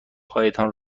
هایتان